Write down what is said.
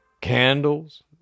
candles